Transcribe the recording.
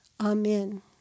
amen